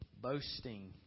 boasting